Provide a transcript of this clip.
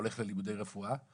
הולך ללימודי רפואה.